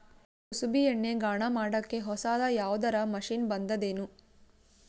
ಕುಸುಬಿ ಎಣ್ಣೆ ಗಾಣಾ ಮಾಡಕ್ಕೆ ಹೊಸಾದ ಯಾವುದರ ಮಷಿನ್ ಬಂದದೆನು?